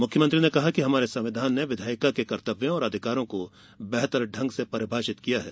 मुख्यमंत्री ने कहा कि हमारे संविधान ने विधायिका के कर्तव्यों और अधिकारों को बेहतर ढंग से परिभाषित किया है